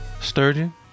Sturgeon